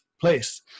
place